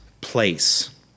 place